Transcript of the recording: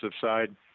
side